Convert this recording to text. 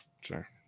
sure